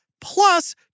plus